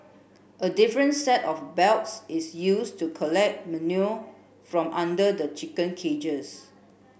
a different set of belts is used to collect manure from under the chicken cages